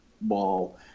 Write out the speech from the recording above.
ball